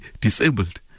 disabled